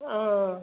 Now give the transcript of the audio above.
অ'